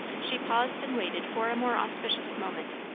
she paused and waited for a more auspicious moment.